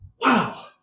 Wow